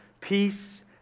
peace